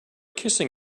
kissing